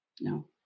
No